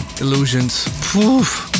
Illusions